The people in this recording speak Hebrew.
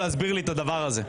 דברי טעם.